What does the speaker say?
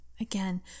Again